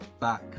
back